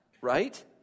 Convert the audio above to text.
right